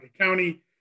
County